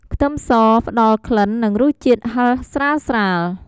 ខ្ទឹមស ផ្តល់ក្លិន និងរសជាតិហឹរស្រាលៗ។